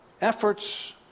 efforts